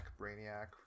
Brainiac